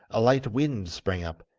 a light wind sprang up,